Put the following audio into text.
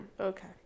Okay